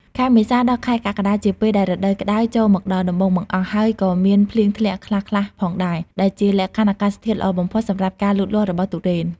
ខែមេសាដល់ខែកក្កដាជាពេលដែលរដូវក្តៅចូលមកដល់ដំបូងបង្អស់ ហើយក៏មានភ្លៀងធ្លាក់ខ្លះៗផងដែរ ដែលជាលក្ខខណ្ឌអាកាសធាតុល្អបំផុតសម្រាប់ការលូតលាស់របស់ទុរេន។